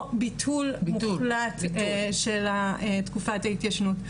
או ביטול מוחלט של תקופת ההתיישנות?